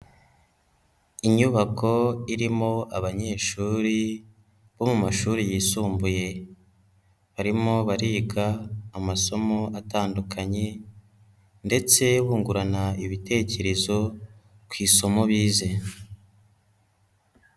Inyubako irimo abanyeshuri bo mu mashuri yisumbuye, barimo bariga amasomo atandukanye ndetse bungurana ibitekerezo ku isomo bize.